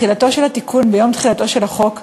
תחילתו של התיקון ביום תחילתו של החוק,